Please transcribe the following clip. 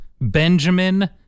Benjamin